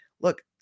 look